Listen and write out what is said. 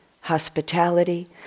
hospitality